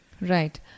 Right